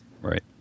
Right